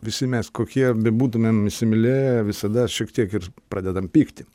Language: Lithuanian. visi mes kokie bebūtumėm įsimylėję visada šiek tiek ir pradedam pykti